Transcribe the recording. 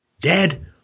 Dead